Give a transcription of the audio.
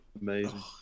amazing